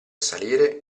salire